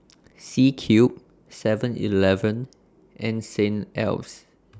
C Cube Seven Eleven and Saint Ives